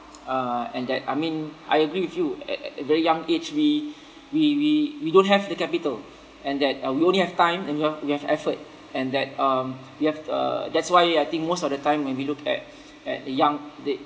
uh and that I mean I agree with you at at very young age we we we we don't have the capital and that uh we only have time and we have we have effort and that um we have uh that's why I think most of the time when we look at at the young they